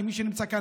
מי שנמצא כאן,